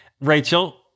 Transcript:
Rachel